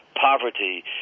poverty